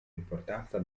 importanza